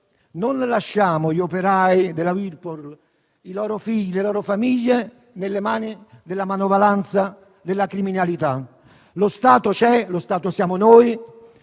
non lasciamo gli operai della Whirlpool, i loro figli, le loro famiglie, nelle mani della manovalanza della criminalità. Lo Stato c'è, lo Stato siamo noi,